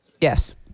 Yes